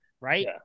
Right